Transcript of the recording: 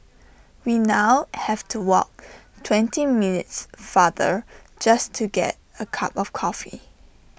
we now have to walk twenty minutes farther just to get A cup of coffee